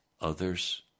others